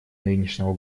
нынешнего